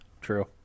true